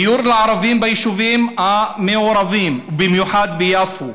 דיור לערבים ביישובים המעורבים, במיוחד ביפו: